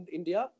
India